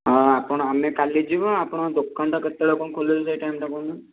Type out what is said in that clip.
ହଁ ଆପଣ ଆମେ କାଲି ଯିବୁ ଆପଣଙ୍କ ଦୋକାନଟା କେତେବେଳେ ଆପଣ ଖୋଲିବେ ସେଇ ଟାଇମ୍ଟା କହୁନାହାନ୍ତି